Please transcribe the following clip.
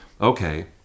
Okay